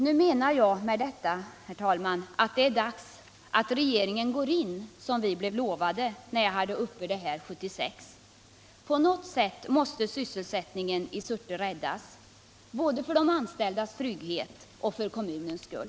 Jag menar, herr talman, att det är dags att regeringen går in med åtgärder, som vi blev lovade när jag tog upp denna fråga 1976. På något säll måste sysselsättningen i Surte räddas både för de anställdas trygghet och för kommunens skull.